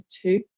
two